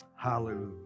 Hallelujah